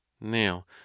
Now